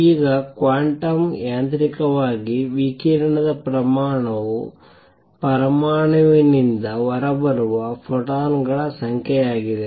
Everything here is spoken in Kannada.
ಈಗ ಕ್ವಾಂಟಮ್ ಯಾಂತ್ರಿಕವಾಗಿ ವಿಕಿರಣದ ಪ್ರಮಾಣವು ಪರಮಾಣುವಿನಿಂದ ಹೊರಬರುವ ಫೋಟಾನ್ ಗಳ ಸಂಖ್ಯೆಯಾಗಿದೆ